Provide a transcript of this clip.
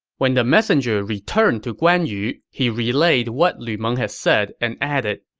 when the messenger returned to guan yu, he relayed what lu meng had said and added,